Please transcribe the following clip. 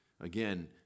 Again